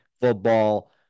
football